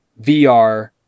VR